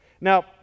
Now